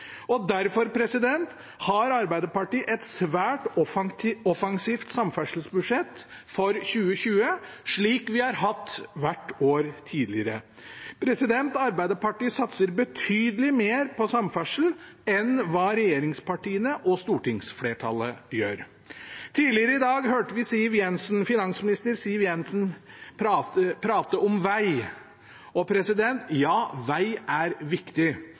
næringsliv. Derfor har Arbeiderpartiet et svært offensivt samferdselsbudsjett for 2020, slik vi har hatt hvert år tidligere. Arbeiderpartiet satser betydelig mer på samferdsel enn hva regjeringspartiene og stortingsflertallet gjør. Tidligere i dag hørte vi finansminister Siv Jensen prate om veg. Ja, veg er viktig.